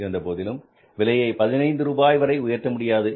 இருந்தபோதிலும் விலையை 15 ரூபாய் வரை உயர்த்த முடியாது